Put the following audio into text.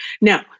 Now